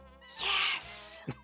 yes